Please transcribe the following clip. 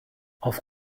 auf